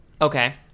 Okay